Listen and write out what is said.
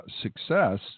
success